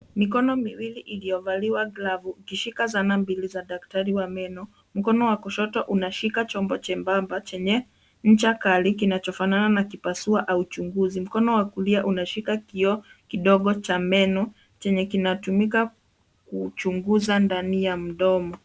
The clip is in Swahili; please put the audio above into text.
Mikono miwili ilio valiwa glavu ikishika zana mbili za daktari wa meno mkono wa kushoto unashika chombo chembamba chenye ncha kali kinacho fanana na kipasua au chunguzi. Mkono wa kulia unashika kio kidogo cha meno chenye kinatumika kuchunguza ndani ya mdomo.